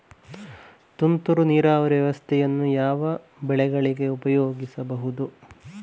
ತುಂತುರು ನೀರಾವರಿ ವ್ಯವಸ್ಥೆಯನ್ನು ಯಾವ್ಯಾವ ಬೆಳೆಗಳಿಗೆ ಉಪಯೋಗಿಸಬಹುದು?